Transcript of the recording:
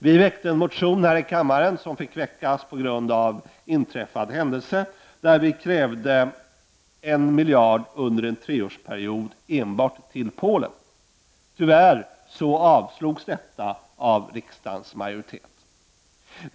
Vi väckte här i kammaren en motion, som fick väckas på grund av inträffad händelse, där vi krävde 1 miljard under en treårsperiod enbart till Polen. Tyvärr avslogs detta av riksdagens majoritet.